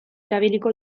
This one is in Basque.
erabiliko